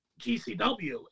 GCW